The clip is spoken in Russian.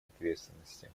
ответственности